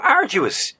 arduous